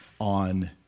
on